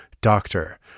Doctor